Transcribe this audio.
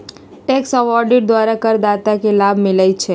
tax avoidance द्वारा करदाता के लाभ मिलइ छै